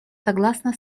согласно